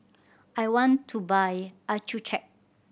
I want to buy Accucheck